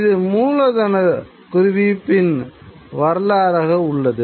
அது மூலதனக் குவிப்பின் வரலாறாக உள்ளது